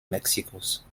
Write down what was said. mexikos